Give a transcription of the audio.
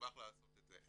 נשמח לעשות את זה.